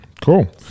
cool